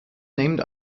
named